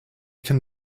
can